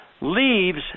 Leaves